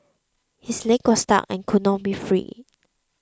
his leg was stuck and couldn't be freed